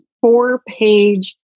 four-page